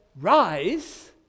rise